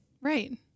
Right